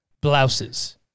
blouses